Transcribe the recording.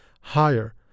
higher